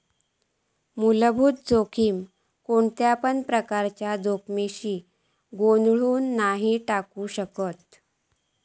मुलभूत जोखमीक कोणत्यापण प्रकारच्या जोखमीशी गोंधळुन नाय टाकला जाउ शकत